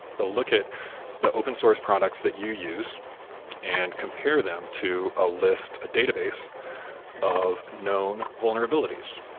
they'll look at the open source products that you use and compare them to a list a database of known vulnerabilities.